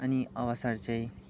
अनि अवसर चाहिँ